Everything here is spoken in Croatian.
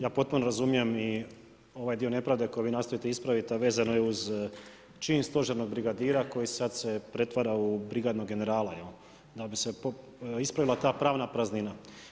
Ja potpuno razumijem i ovaj dio nepravde koji vi nastojite ispraviti, a vezano je uz čin stožernog brigadira koji sad se pretvara u brigadnog generala da bi se ispravila ta pravna praznina.